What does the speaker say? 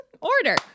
Order